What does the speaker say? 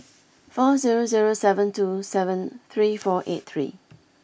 four zero zero seven two seven three four eight three